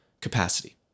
capacity